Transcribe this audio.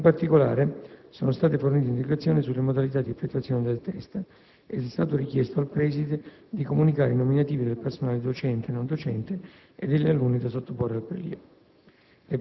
In particolare, sono state fornite indicazioni sulle modalità di effettuazione del *test* ed è stato richiesto al preside di comunicare i nominativi del personale docente e non docente e degli alunni da sottoporre al prelievo.